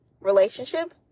relationship